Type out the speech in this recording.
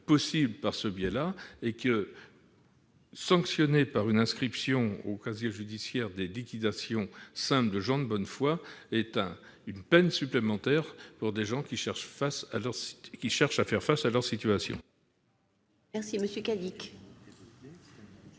possible par ce biais. Sanctionner par une inscription au casier judiciaire des liquidations simples de personnes de bonne foi est une peine supplémentaire pour ceux qui cherchent à faire face à leurs